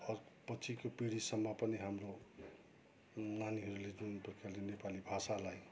or पछिको पिँढीसम्म पनि हाम्रो नानीहरूले जुन प्रकारले नेपाली भाषालाई